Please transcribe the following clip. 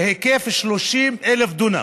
בהיקף של 30,000 דונם.